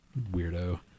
weirdo